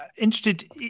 Interested